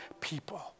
people